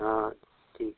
हाँ ठीक